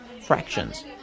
fractions